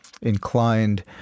inclined